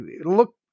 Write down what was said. look